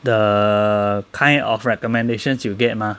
the kind of recommendations you will get mah